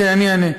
כן, אני אענה.